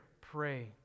pray